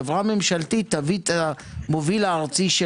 חברה ממשלתית תביא את המוביל הארצי של